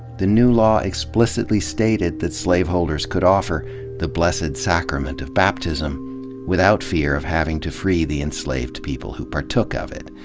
the new law explicitly stated that slaveholders could offer the blessed sacrament of baptism without fear of having to free the enslaved people who partook of it.